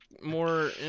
more